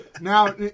Now